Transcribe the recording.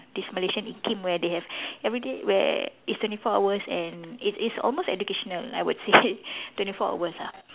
this Malaysian where they have everyday where it's twenty four hours and it's it's almost educational I would say twenty four hours ah